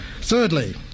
Thirdly